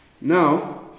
Now